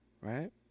right